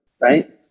Right